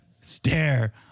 stare